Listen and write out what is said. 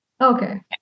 Okay